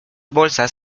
bolsas